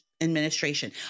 administration